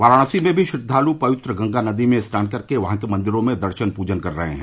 वाराणसी में भी श्रद्वाल् पवित्र गंगा नदी में स्नान कर के वहां के मंदिरों में दर्शन प्रजन कर रहे हैं